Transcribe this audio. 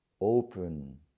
open